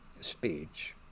speech